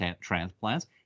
transplants